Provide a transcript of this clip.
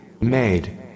made